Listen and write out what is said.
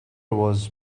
was